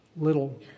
little